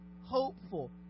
hopeful